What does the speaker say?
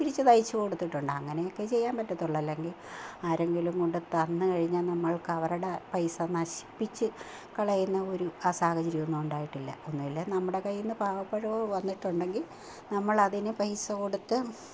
തിരിച്ചു തയ്ച്ചു കൊടുത്തിട്ടുണ്ട് അങ്ങനെയൊക്കെ ചെയ്യാന് പറ്റത്തുള്ളൂ അല്ലെങ്കിൽ ആരെങ്കിലും കൊണ്ടു തന്നു കഴിഞ്ഞാൽ നമ്മള്ക്ക് അവരുടെ പൈസ നശിപ്പിച്ച് കളയുന്ന ഒരു ആ സാഹചര്യം ഒന്നും ഉണ്ടായിട്ടില്ല ഒന്നുമില്ലേ നമ്മുടെ കൈയ്യിൽ നിന്നു പാകപ്പിഴവ് വന്നിട്ടുണ്ടെങ്കിൽ നമ്മൾ അതിനു പൈസ കൊടുത്ത്